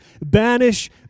Banish